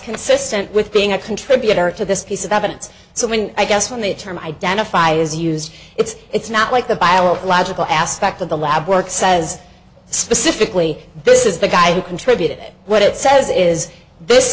consistent with being a contributor to this piece of evidence so when i guess when the term identify is used it's it's not like the biological aspect of the lab work says specifically this is the guy who contributed it what it says is this